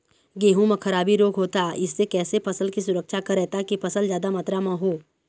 गेहूं म खराबी रोग होता इससे कैसे फसल की सुरक्षा करें ताकि फसल जादा मात्रा म हो?